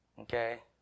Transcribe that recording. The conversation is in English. okay